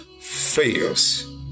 fails